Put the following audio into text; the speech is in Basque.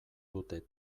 dute